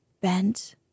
bent